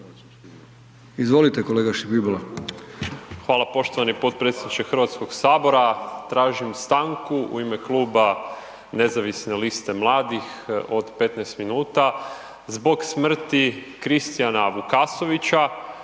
Izvolite kolega Škibola.